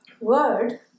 word